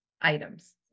items